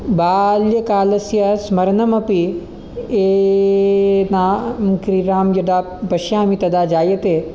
बाऽल्यकालस्य स्मरनमपि एऽऽनां क्रीडां यदा पश्यामि तदा जायते